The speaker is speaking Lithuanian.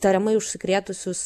tariamai užsikrėtusius